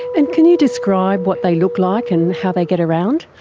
and can you describe what they look like and how they get around?